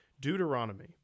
Deuteronomy